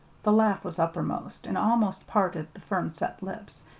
the laugh was uppermost and almost parted the firm-set lips,